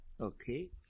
Okay